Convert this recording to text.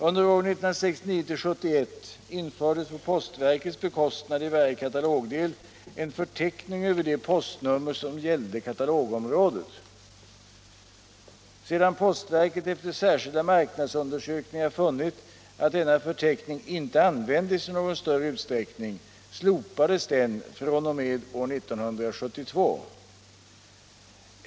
Under åren 1969-1971 infördes på postverkets bekostnad i varje katalogdel en förteckning över de postnummer som gällde katalogområdet. Sedan postverket efter särskilda marknadsundersökningar funnit att denna förteckning inte användes i någon större utsträckning slopades den fr.o.m. år 1972.